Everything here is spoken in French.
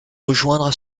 rejoindre